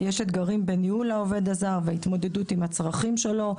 אתגרים בניהול העובד הזר ובהתמודדות עם הצרכים שלו,